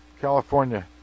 California